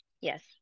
Yes